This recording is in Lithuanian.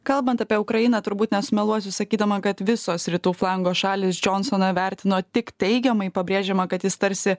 kalbant apie ukrainą turbūt nesumeluosiu sakydama kad visos rytų flango šalys džionsoną vertino tik teigiamai pabrėžiama kad jis tarsi